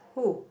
who